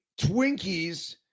Twinkies